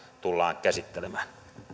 tulla käsittelemään